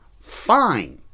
fine